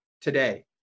today